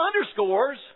underscores